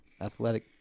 Athletic